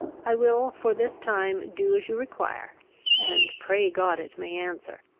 i will for this time do as you require and, pray god, it may answer.